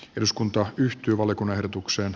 eduskunta yhtyi volkov ehdotukseen